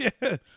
Yes